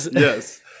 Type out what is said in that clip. Yes